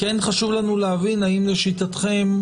חשוב לנו להבין, אם לשיטתכן,